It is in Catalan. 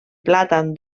plàtan